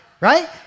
right